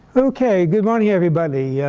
ok. good morning, everybody. yeah